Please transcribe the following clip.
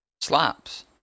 Slaps